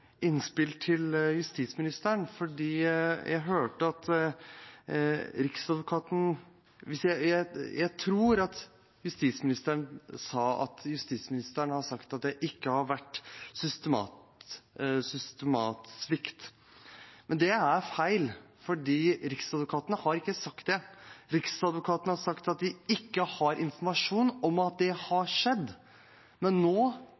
innspill til justisministeren. Jeg tror at justisministeren sa at Riksadvokaten har sagt at det ikke har vært systematisk svikt. Det er feil – Riksadvokaten har ikke sagt det. Riksadvokaten har sagt at de ikke har informasjon om at det har skjedd, men nå